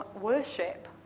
worship